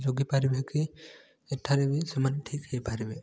ଯୋଗେଇ ପାରିବେ କି ଏଠାରେ ବି ସେମାନେ ଠିକ ହେଇପାରିବେ